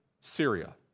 Syria